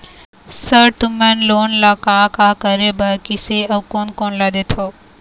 Sir तुमन loan का का करें बर, किसे अउ कोन कोन ला देथों?